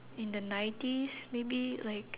in the nineties maybe like